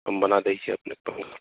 हम बना देही अपने पंखा